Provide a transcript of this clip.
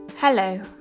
Hello